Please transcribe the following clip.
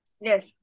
Yes